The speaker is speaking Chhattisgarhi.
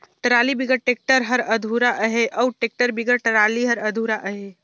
टराली बिगर टेक्टर हर अधुरा अहे अउ टेक्टर बिगर टराली हर अधुरा अहे